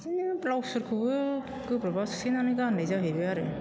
बिदिनो ब्लाउसफोरखौबो गोबोरबा सुथानानै गाननाय जाहैबाय आरो